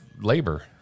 labor